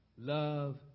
love